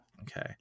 Okay